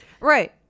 Right